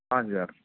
ہاں جی ہاں